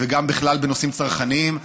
וגם בכלל בנושאים צרכניים.